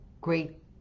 great